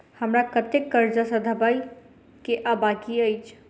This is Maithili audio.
हमरा कतेक कर्जा सधाबई केँ आ बाकी अछि?